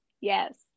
Yes